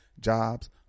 Jobs